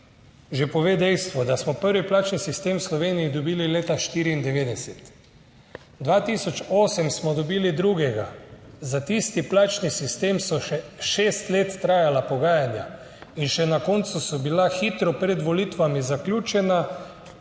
že pove dejstvo, da smo prvi plačni sistem v Sloveniji dobili leta 1994, 2008 smo dobili drugega; za tisti plačni sistem so šest let trajala pogajanja in še na koncu so bila hitro pred volitvami zaključena